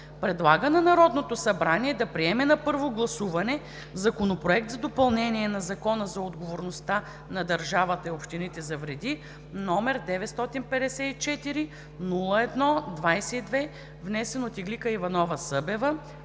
предлага на Народното събрание да приеме на първо гласуване Законопроект за допълнение на Закона за отговорността на държавата и общините за вреди, № 954-01-22, внесен от Иглика Иванова-Събева,